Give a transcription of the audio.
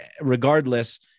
regardless